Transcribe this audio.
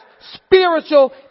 spiritual